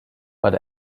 but